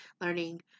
learning